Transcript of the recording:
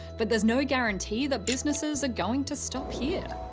but there's no guarantee that businesses are going to stop here.